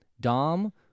Dom